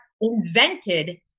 invented